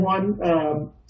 one